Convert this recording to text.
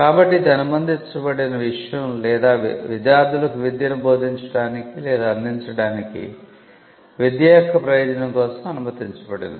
కాబట్టి ఇది అనుమతించబడిన విషయం లేదా విద్యార్థులకు విద్యను బోధించడానికి లేదా అందించడానికి విద్య యొక్క ప్రయోజనం కోసం అనుమతించబడినది